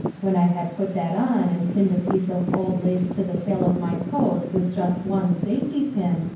when i had put that on and pinned a piece of old lace to the tail of my coat with just one safety pin,